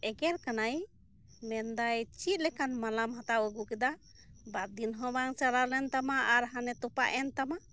ᱮᱜᱮᱨ ᱠᱟᱱᱟᱭ ᱢᱮᱱᱫᱟᱭ ᱪᱮᱫ ᱞᱮᱠᱟᱱ ᱢᱟᱞᱟᱢ ᱦᱟᱛᱟᱣ ᱟᱹᱜᱩ ᱠᱮᱫᱟ ᱵᱟᱨ ᱫᱤᱱ ᱦᱚᱸ ᱵᱟᱝ ᱪᱟᱞᱟᱣ ᱞᱮᱱ ᱛᱟᱢᱟ ᱟᱨ ᱦᱟᱱᱮ ᱛᱚᱯᱟᱜ ᱮᱱ ᱛᱟᱢᱟ